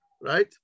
right